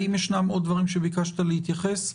האם יש עוד דברים שביקשת להתייחס אליהם?